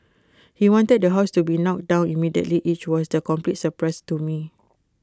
he wanted the house to be knocked down immediately which was A complete surprise to me